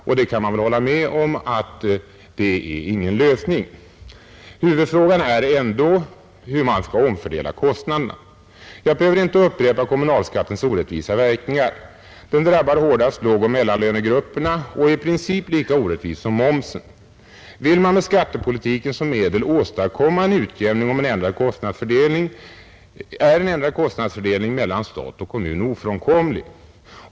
Man kan hålla med om att det inte är någon lösning. Huvudfrågan är ändå hur man skall omfördela kostnaderna. Jag behöver inte upprepa argumentet beträffande kommunalskattens orättvisa verkningar. Den drabbar hårdast lågoch mellanlönegrupperna och är i princip lika orättvis som momsen, Vill man med skattepolitiken som medel åstadkomma en utjämning är en ändrad kostnadsfördelning mellan stat och kommun ofrånkomlig.